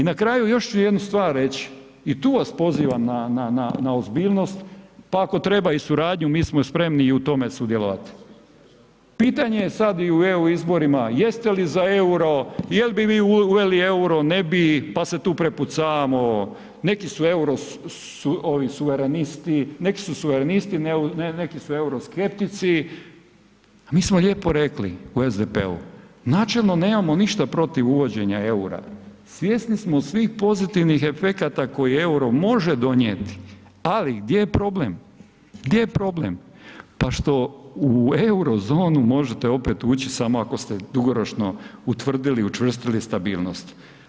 I na kraju još ću jednu stvar reći i tu vas pozivam na ozbiljnost pa ako treba i suradnju, mi smo spremni i u tome sudjelovati, pitanje je sad i u EU izborima jeste li za EUR-o, jel' bi vi uveli EUR-o, ne bi, pa se tu prepucavamo, neki su eurosuveneristi, neki su suverenisti, neki su euroskeptici, a mi smo lijepo rekli u SDP-u, načelno nemamo ništa protiv uvođenja EUR-a, svjesni smo svih pozitivnih efekata koje EUR-o može donijeti, ali gdje je problem?, gdje je problem?, pa što u eurozonu možete opet ući samo ako ste dugoročno utvrdili, učvrstili stabilnost.